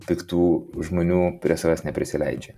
piktų žmonių prie savęs neprisileidžia